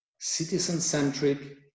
citizen-centric